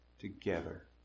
together